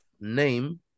Name